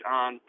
on